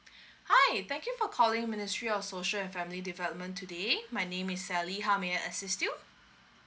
hi thank you for calling ministry of social and family development today my name is sally how may I assist you